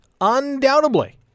undoubtedly